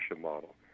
model